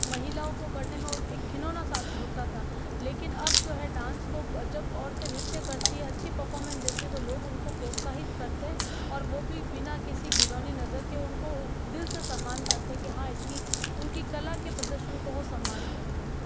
महिलाओं को करने में एक घिनौना सा होता था लेकिन अब जो है डांस को जब औरतें नृत्य करती है अच्छी परफॉरमेंस देती है तो लोग उन्हें प्रोत्साहित करते है और वो भी बिना किसी घिनौनी नजर के उनको दिल से सम्मान करते है कि हाँ कि इसकी उनकी कला के प्रदर्शन को वो सम्मान करते है